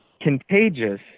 contagious